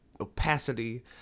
opacity